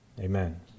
Amen